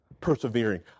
persevering